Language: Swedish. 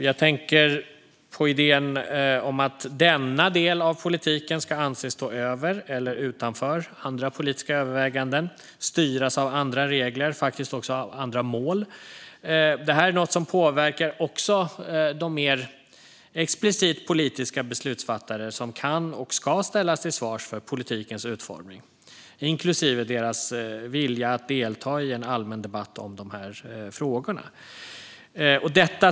Jag tänker på idén om att denna del av politiken ska anses stå över eller utanför andra politiska överväganden och styras av andra regler och faktiskt också av andra mål. Det här är något som påverkar också de mer explicit politiska beslutsfattare som kan och ska ställas till svars för politikens utformning, inklusive deras vilja att delta i en allmän debatt om de här frågorna.